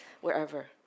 wherever